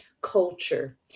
culture